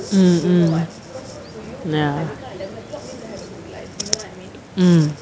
mmhmm mmhmm ya mmhmm